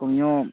ꯀꯨꯝꯌꯣꯡ